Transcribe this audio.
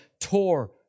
tore